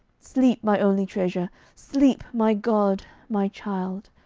sleep, my only treasure! sleep, my god, my child!